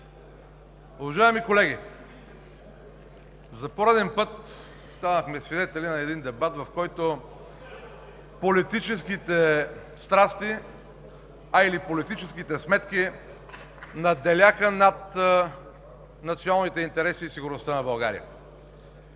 Уважаеми колеги, за пореден път станахме свидетели на един дебат, в който политическите страсти или политическите сметки надделяха над националните интереси и сигурността на България.